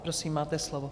Prosím, máte slovo.